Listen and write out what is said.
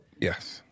Yes